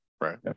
right